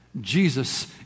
Jesus